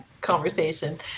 conversation